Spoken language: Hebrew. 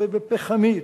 בפחמית.